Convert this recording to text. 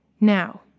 Now